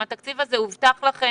האם התקציב הזה הובטח לכם?